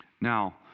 Now